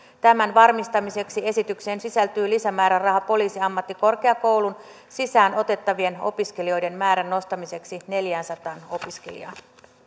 tämän varmistamiseksi esitykseen sisältyy lisämääräraha poliisiammattikorkeakouluun sisään otettavien opiskelijoiden määrän nostamiseksi neljäänsataan opiskelijaan